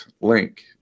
link